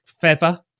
feather